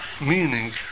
meaning